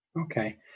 Okay